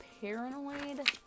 paranoid